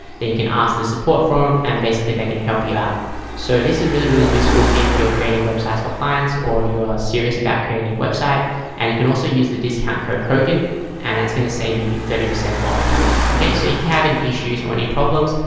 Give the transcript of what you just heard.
you can ask the support forum and basically they can help you out so this is really really useful if you're creating websites for clients or you are serious about creating website and you can also use the discount code hogan and that's going to save you thirty percent off okay, so if you have any issues or any problems?